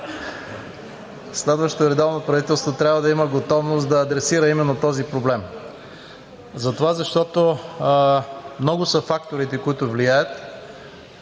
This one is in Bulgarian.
следващото редовно правителство трябва да има готовност да адресира именно този проблем, затова, защото много са факторите, които влияят.